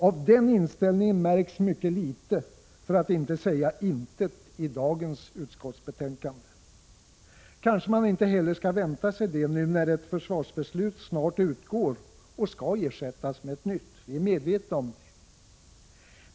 Av den inställningen märks mycket litet för att inte säga intet i dagens utskottsbetänkande. Kanske skall man heller inte vänta sig det, nu när ett försvarsbeslut snart utgår och skall ersättas med ett nytt.